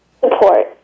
Support